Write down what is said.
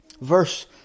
verse